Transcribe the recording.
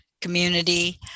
community